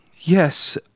Yes